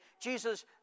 Jesus